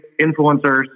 influencers